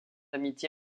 amitié